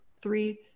three